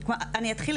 אני אתחיל,